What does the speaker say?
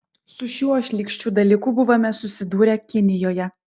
su šiuo šlykščiu dalyku buvome susidūrę kinijoje